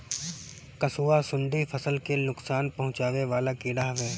कंसुआ, सुंडी फसल ले नुकसान पहुचावे वाला कीड़ा हवे